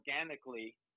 organically